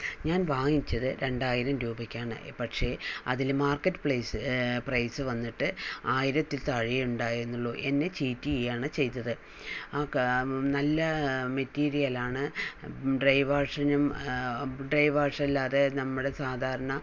ഞാൻ വാങ്ങിച്ചത് രണ്ടായിരം രൂപയ്ക്കാണ് പക്ഷേ അതില് മാർക്കറ്റ് പ്ലേസ് പ്രൈസ് വന്നിട്ട് ആയിരത്തിൽ താഴെയേ ഉണ്ടായിരുന്നുള്ളൂ എന്നെ ചീറ്റ് ചെയ്യുകയാണ് ചെയ്തത് ആ നല്ല മെറ്റീരിയലാണ് ഡ്രൈവാഷിനും ഡ്രൈവാഷല്ലാതെ നമ്മള് സാധാരണ